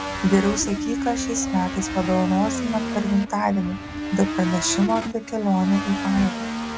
geriau sakyk ką šiais metais padovanosi man per gimtadienį be pranešimo apie kelionę į airiją